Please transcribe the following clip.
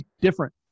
different